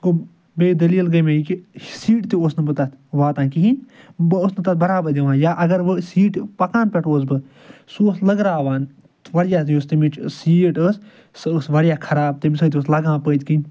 بیٚیہِ دٔلیٖل گٔے مےٚ یہِ کہِ سیٖٹہِ تہِ اوسُس نہٕ بہٕ تَتھ واتان کِہیٖنۍ بہٕ اوسُس نہٕ تَتھ برابر یِوان یا اَگر وۄنۍ سیٖٹہِ پَکان پٮ۪ٹھ اوس بہٕ سُہ اوس لٔگراوان تہٕ واریاہ یۄس تَمِچۍ سیٖٹ ٲسۍ سۄ ٲسۍ واریاہ خراب تَمہِ سۭتۍ اوس لَگان پٔتۍ کِنۍ